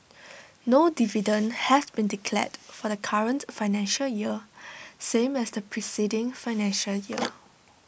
no dividend has been declared for the current financial year same as the preceding financial year